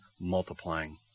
multiplying